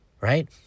right